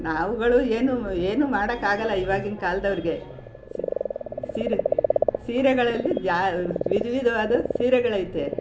ನಾವುಗಳು ಏನೂ ಏನೂ ಮಾಡೋಕಾಗಲ್ಲ ಇವಾಗಿನ ಕಾಲ್ದವ್ರಿಗೆ ಸೀರೆ ಸೀರೆಗಳಲ್ಲಿ ಜಾ ವಿಧ ವಿಧವಾದ ಸೀರೆಗಳೈತೆ